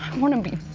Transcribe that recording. want to be